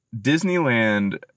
disneyland